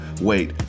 Wait